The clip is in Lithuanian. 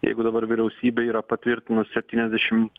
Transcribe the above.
jeigu dabar vyriausybė yra patvirtinus septyniasdešim